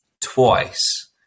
twice